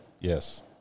Yes